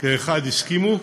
כאחד הסכימו,